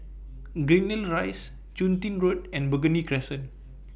Greendale Rise Chun Tin Road and Burgundy Crescent